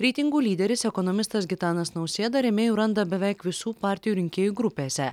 reitingų lyderis ekonomistas gitanas nausėda rėmėjų randa beveik visų partijų rinkėjų grupėse